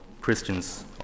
Christians